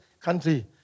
country